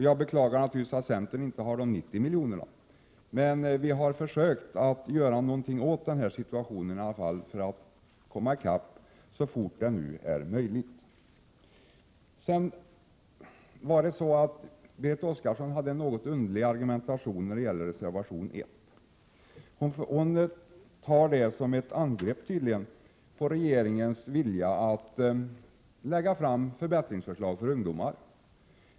Jag beklagar också att vi inte har de 90 miljoner som ungdomsrådet skulle behöva. Men vi har försökt att göra någonting åt situationen för att komma i balans så fort som det är möjligt. Berit Oscarsson har en något underlig argumentation när det gäller reservation 1. Hon tar den som ett angrepp på regeringens vilja att lägga fram förslag till förbättringar för ungdomar.